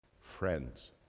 friends